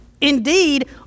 Indeed